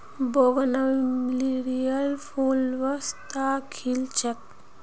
बोगनवेलियार फूल बसंतत खिल छेक